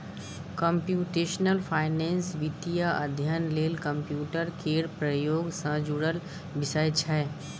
computational finance वित्तीय अध्ययन लेल कंप्यूटर केर प्रयोग सँ जुड़ल विषय छै